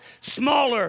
smaller